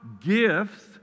gifts